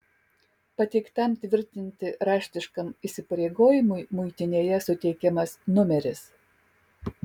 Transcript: pateiktam tvirtinti raštiškam įsipareigojimui muitinėje suteikiamas numeris